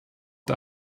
der